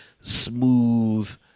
smooth